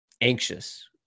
anxious